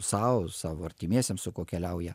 sau savo artimiesiems su kuo keliauja